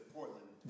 Portland